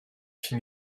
can